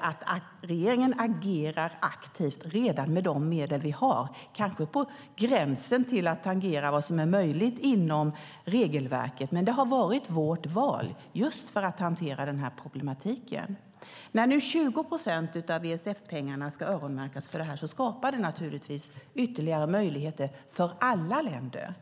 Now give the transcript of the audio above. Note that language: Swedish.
att regeringen agerar aktivt redan med de medel som vi har, kanske på gränsen till att tangera vad som är möjligt inom regelverket. Men det har varit vårt val just för att hantera denna problematik. När 20 procent av ESF-pengarna nu ska öronmärkas för detta skapar det naturligtvis ytterligare möjligheter för alla länder.